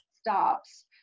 stops